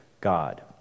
God